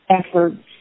efforts